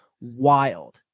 wild